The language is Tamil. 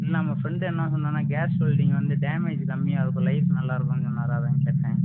நம்ப ஃப்ரெண்டு என்ன சொன்னான்னா கேஸ் வெல்டிங் வந்து டேமேஜ் கம்மியாக இருக்கும் லைஃப் நல்லா இருக்கும் சொன்னார் அதான் கேட்டேன்